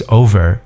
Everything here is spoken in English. over